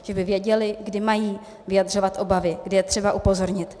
Ti by věděli, kdy mají vyjadřovat obavy, kdy je třeba upozornit.